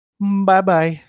Bye-bye